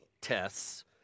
tests